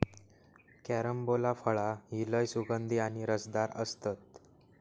carambola फळा ही लय सुगंधी आणि रसदार असतत